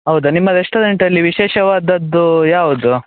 ಹೌದ ನಿಮ್ಮ ರೆಸ್ಟೋರೆಂಟಲ್ಲಿ ವಿಶೇಷವಾದದ್ದು ಯಾವುದು